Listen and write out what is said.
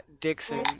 Dixon